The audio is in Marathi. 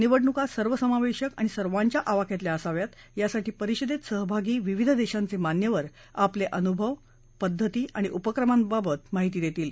निवडणुका सर्वसमावेशक आणि सर्वांच्या आवाक्यातल्या असाव्यात यासाठी परिषदेत सहभागी विविध देशांचे मान्यवर आपले अनुभव उत्तम पद्धती आणि उपक्रमांबाबत माहिती देतील